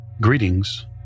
greetings